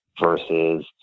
versus